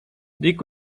dick